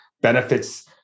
benefits